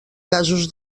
casos